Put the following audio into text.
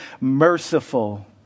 merciful